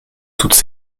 toutes